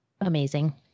Amazing